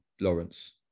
Lawrence